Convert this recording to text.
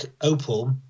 Opal